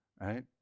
right